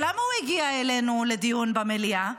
ולמה הוא הגיע אלינו לדיון במליאה?